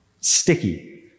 sticky